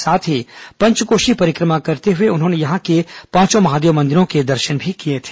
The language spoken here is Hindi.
साथ ही पंचकोशी परिक्रमा करते हुए उन्होंने यहां के पांचों महादेव मंदिरों के दर्शन भी किए थे